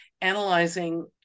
analyzing